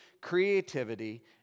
creativity